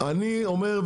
אני אומר,